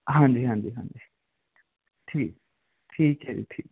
ਹਾਂਜੀ ਹਾਂਜੀ ਹਾਂਜੀ ਠੀਕ ਠੀਕ ਹੈ ਜੀ ਠੀਕ